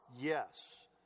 yes